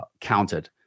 counted